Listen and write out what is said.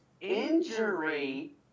injury